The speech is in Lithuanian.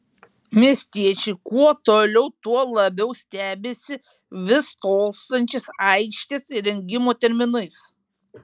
miestiečiai kuo toliau tuo labiau stebisi vis tolstančiais aikštės įrengimo terminais